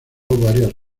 varias